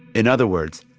in other words,